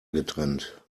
getrennt